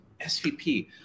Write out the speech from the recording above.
SVP